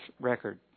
record